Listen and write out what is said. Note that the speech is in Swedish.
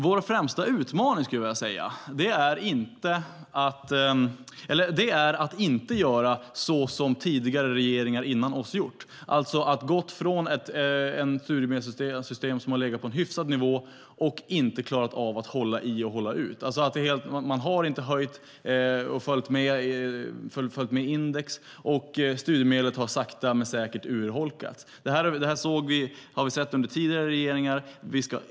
Vår främsta utmaning är att inte göra som tidigare regeringar har gjort, alltså att gå från ett studiemedelssystem som har legat på en hyfsad nivå men inte klara av att hålla i och hålla ut. Man har inte följt med index, och studiemedlet har sakta men säkert urholkats. Detta har vi sett under tidigare regeringar.